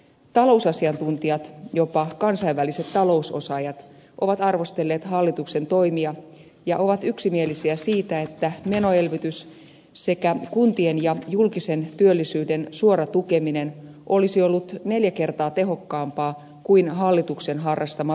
talousasiantuntijat jopa kansainväliset talousosaajat ovat arvostelleet hallituksen toimia ja ovat yksimielisiä siitä että menoelvytys sekä kuntien ja julkisen työllisyyden suora tukeminen olisi ollut neljä kertaa tehokkaampaa kuin hallituksen harrastama veroelvytys